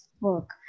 work